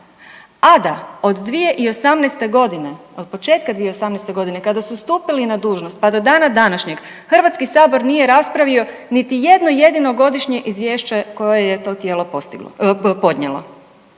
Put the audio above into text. godine, od početka 2018. godine kada su stupili na dužnost pa do dana današnjeg, Hrvatski sabor nije raspravio niti jedno jedino godišnje izvješće koje je to tijelo postiglo,